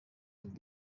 him